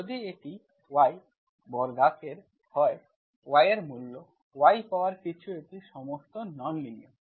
যদি এটি y বর্গাকার হয় y এর মূল y পাওয়ার কিছু এটি সমস্ত নন লিনিয়ার